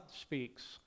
speaks